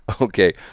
Okay